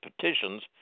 petitions